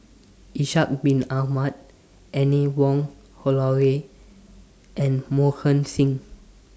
Ishak Bin Ahmad Anne Wong Holloway and Mohan Singh